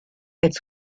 its